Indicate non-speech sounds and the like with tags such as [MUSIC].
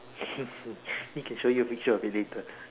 [LAUGHS] then can show you a picture of it later